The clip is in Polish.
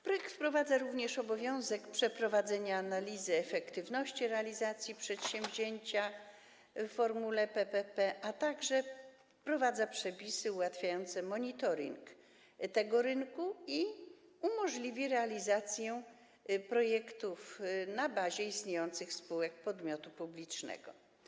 Projekt wprowadza obowiązek przeprowadzenia analizy efektywności realizacji przedsięwzięcia w formule PPP, a także wprowadza przepisy ułatwiające monitoring tego rynku i umożliwiające realizację projektów na bazie istniejących spółek podmiotu publicznego.